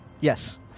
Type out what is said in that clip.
Yes